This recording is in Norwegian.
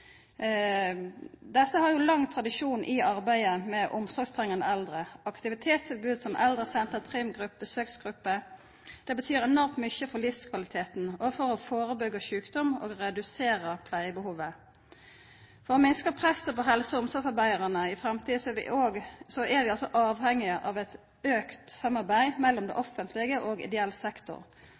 Desse har lang tradisjon i arbeidet med omsorgstrengande eldre. Aktivitetstilbod som eldresenter, trimgrupper og besøksgrupper betyr enormt mykje for livskvaliteten og for å førebyggja sjukdom og redusera pleiebehovet. For å minska presset på helse- og omsorgsarbeidarane i framtida er vi avhengige av eit auka samarbeid mellom det offentlege og ideell sektor.